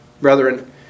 brethren